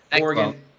Oregon